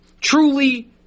Truly